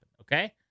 Okay